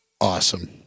awesome